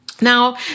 Now